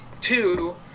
two